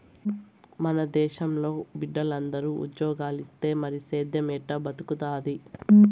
మన దేశంలో బిడ్డలందరూ ఉజ్జోగాలిస్తే మరి సేద్దెం ఎట్టా బతుకుతాది